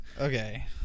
Okay